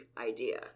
idea